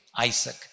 Isaac